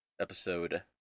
episode